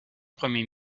premier